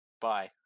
bye